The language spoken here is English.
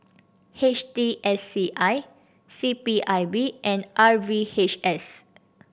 H T S C I C P I B and R V H S